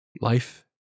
Life